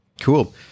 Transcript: cool